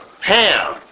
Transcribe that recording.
Ham